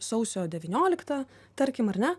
sausio devyniolikta tarkim ar ne